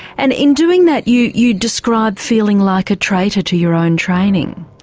and in doing that you you describe feeling like a traitor to your own training.